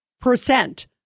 percent